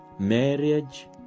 marriage